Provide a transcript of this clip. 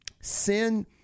Sin